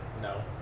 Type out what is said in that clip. No